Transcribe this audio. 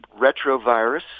retrovirus